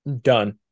done